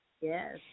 Yes